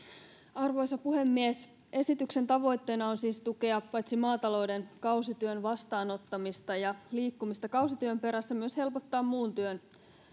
arvoisa puhemies esityksen tavoitteena on siis tukea paitsi maatalouden kausityön vastaanottamista ja liikkumista kausityön perässä myös helpottaa muun työn